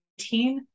19